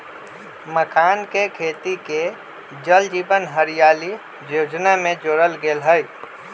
मखानके खेती के जल जीवन हरियाली जोजना में जोरल गेल हई